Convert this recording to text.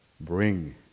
bring